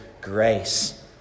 grace